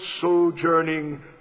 sojourning